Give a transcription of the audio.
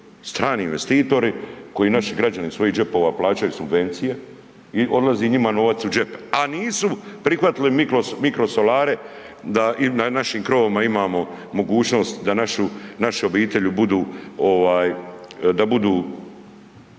strani investitori koje naši građani iz svojih džepova plaćanju subvencije i odlazi njima novac u džep, a nisu prihvatili mikrosolare da na našim krovovima imamo mogućnost da naše obitelji budu